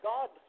God